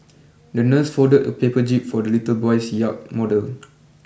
the nurse folded a paper jib for the little boy's yacht model